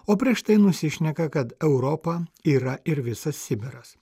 o prieš tai nusišneka kad europa yra ir visas sibiras